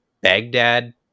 Baghdad